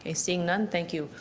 ah seeing none, thank you.